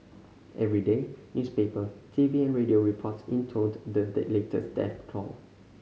every day newspaper T V and radio reports intoned the latest death toll